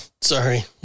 Sorry